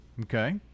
Okay